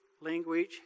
language